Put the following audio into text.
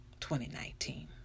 2019